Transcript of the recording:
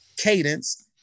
Cadence